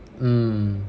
um